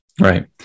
Right